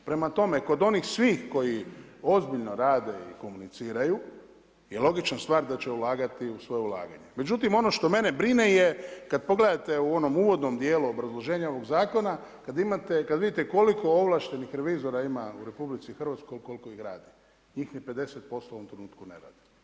Prema tome kod onih svih koji ozbiljno rade i komuniciraju je logična stvar da će ulagati u svoje ulaganje, međutim ono što mene brine je, kad pogledate u onom uvodnom djelu obrazloženja ovog Zakona, kad imate, kad vidite koliko ovlaštenih revizora ima u Republici Hrvatskoj koliko ih radi, njih ni 50 posto u ovom trenutku ne radi.